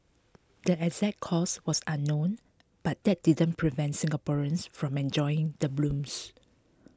the exact cause was unknown but that didn't prevent Singaporeans from enjoying the blooms